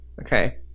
Okay